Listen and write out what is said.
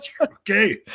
Okay